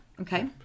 Okay